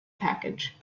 package